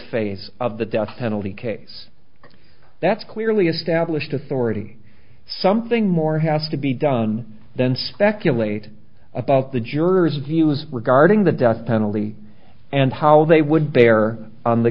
phase of the death penalty case that's clearly established authority something more has to be done than speculate about the jurors views regarding the death penalty and how they would bear on the